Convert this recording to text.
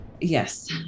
Yes